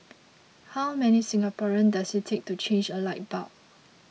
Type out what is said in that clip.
how many Singaporeans does it take to change a light bulb